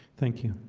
thank you